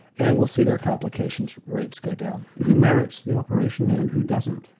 and will see their complication rates go down. who merits the operation and and who doesn't?